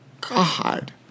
God